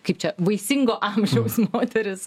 kaip čia vaisingo amžiaus moterys